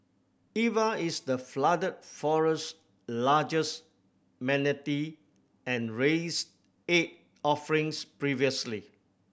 Eva is the Flooded Forest largest manatee and raised eight offspring previously